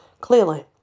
Clearly